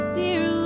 dear